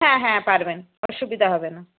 হ্যাঁ হ্যাঁ পারবেন অসুবিধা হবে না